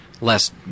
less